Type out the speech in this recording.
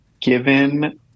given